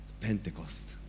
Pentecost